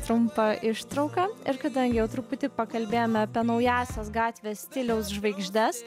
trumpa ištrauka ir kadangi jau truputį pakalbėjome apie naująsias gatvės stiliaus žvaigždes